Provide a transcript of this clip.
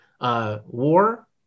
War